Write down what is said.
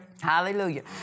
Hallelujah